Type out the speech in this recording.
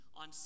on